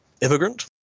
immigrant